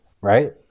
right